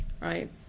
right